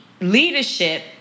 leadership